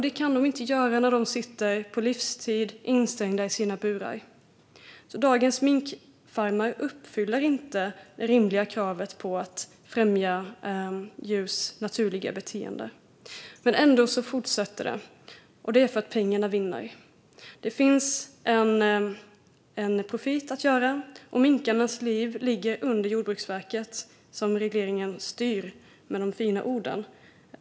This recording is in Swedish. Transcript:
Det kan de inte göra när de sitter instängda i burar på livstid. Dagens minkfarmer uppfyller därför inte rimliga krav på att främja djurs naturliga beteende. Ändå fortsätter de, och det är för att pengarna vinner. Det finns profit att göra. Minkarnas liv ligger under Jordbruksverket, som styrs av regleringen med de fina orden.